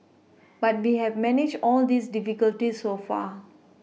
but we have managed all these difficulties so far